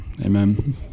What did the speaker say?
Amen